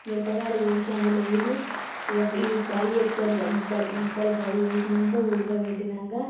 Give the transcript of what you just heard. మిరపకాయలు కోసి అందులో వేసి ఇక ఫ్రై ఫ్రై చెస్తారిక ముక్కలు ముక్కలు ఫ్రై చేసినాక ఉడకబెట్టినాక